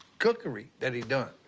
cookery that he'd done.